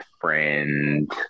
friend